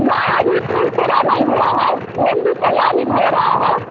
ना या जी फुरफुरा नहीं हुआ है वो भी तैयारी हो रहा है